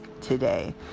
today